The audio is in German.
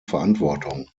verantwortung